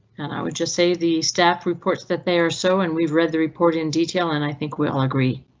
and i would just say the staff reports that they're so, and we've read the report in detail and i think we all agree